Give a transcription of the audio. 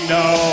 no